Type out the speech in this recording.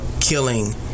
killing